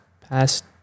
past